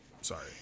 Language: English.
Sorry